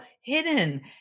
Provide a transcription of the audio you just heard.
hidden